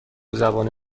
زبانه